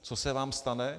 Co se vám stane?